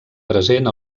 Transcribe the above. present